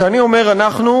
כשאני אומר "אנחנו",